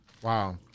Wow